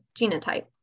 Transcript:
genotype